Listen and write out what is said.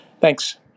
Thanks